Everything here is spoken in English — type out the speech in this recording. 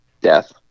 Death